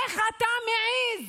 איך אתה מעז